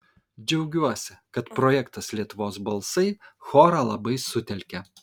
džiaugiuosi kad projektas lietuvos balsai chorą labai sutelkė